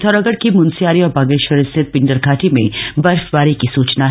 पिथौरागढ़ के मुन्स्यारी और बागेश्वर स्थित पिण्डर घाटी में बर्फवारी की सुचना है